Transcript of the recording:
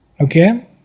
Okay